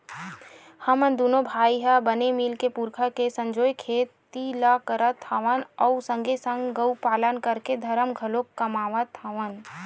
हमन दूनो भाई ह बने मिलके पुरखा के संजोए खेती ल करत हवन अउ संगे संग गउ पालन करके धरम घलोक कमात हवन